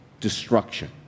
destruction